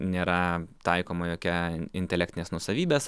nėra taikoma jokia intelektinės nuosavybės